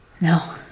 No